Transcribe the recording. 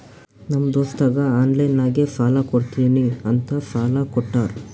ನಮ್ ದೋಸ್ತಗ ಆನ್ಲೈನ್ ನಾಗೆ ಸಾಲಾ ಕೊಡ್ತೀನಿ ಅಂತ ಸಾಲಾ ಕೋಟ್ಟಾರ್